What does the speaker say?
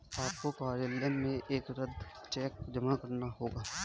आपको कार्यालय में एक रद्द चेक जमा करना होगा